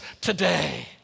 today